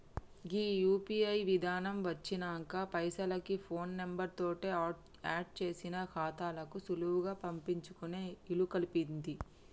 గీ UPI విధానం వచ్చినంక పైసలకి ఫోన్ నెంబర్ తోటి ఆడ్ చేసిన ఖాతాలకు సులువుగా పంపించుకునే ఇలుకల్పింది